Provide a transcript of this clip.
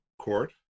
court